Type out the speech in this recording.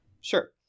Sure